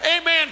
Amen